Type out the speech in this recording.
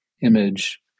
image